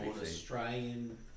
Australian